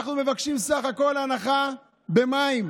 אנחנו מבקשים בסך הכול הנחה במים,